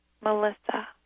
Melissa